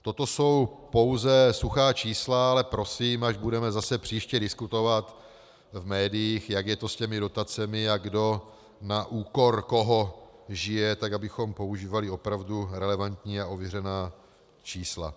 Toto jsou pouze suchá čísla, ale prosím, až budeme zase příště diskutovat v médiích, jak je to s dotacemi a kdo na úkor koho žije, abychom používali opravdu relevantní a ověřená čísla.